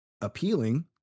appealing